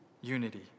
unity